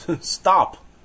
stop